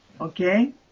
Okay